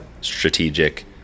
strategic